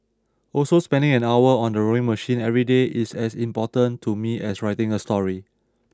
also spending an hour on the rowing machine every day is as important to me as writing a story